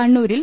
കണ്ണൂരിൽ